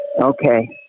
okay